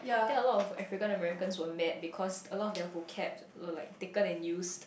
there are a lot of African and Americans will naked because a lot of their vocab look like taken and used